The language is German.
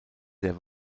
der